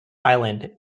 island